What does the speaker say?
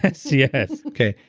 yes. yes okay.